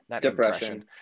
depression